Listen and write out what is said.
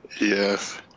Yes